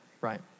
Right